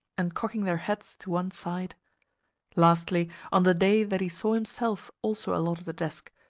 and cocking their heads to one side lastly on the day that he saw himself also allotted a desk,